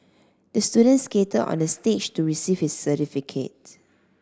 the student skated onto the stage to receive his certificate